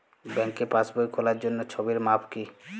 ব্যাঙ্কে পাসবই খোলার জন্য ছবির মাপ কী?